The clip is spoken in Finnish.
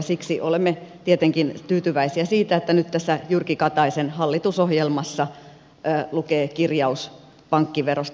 siksi olemme tietenkin tyytyväisiä siihen että nyt tässä jyrki kataisen hallitusohjelmassa lukee kirjaus pankkiverosta